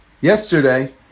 Yesterday